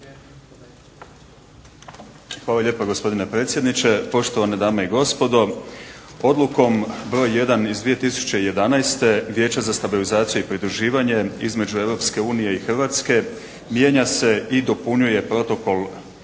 Hvala lijepa gospodine predsjedniče. Poštovane dame i gospodo Odlukom br. 1/2011. Vijeće za stabilizaciju i pridruživanje između EU i Hrvatske mijenja se i dopunjuje Protokol 4.